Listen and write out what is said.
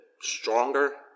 stronger